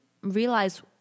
realize